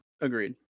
Agreed